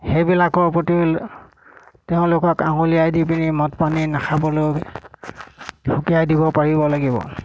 সেইবিলাকৰ প্ৰতি তেওঁলোকক আঙুলিয়াই দি পিনি মদ পানী নাখাবলৈ সকীয়াই দিব পাৰিব লাগিব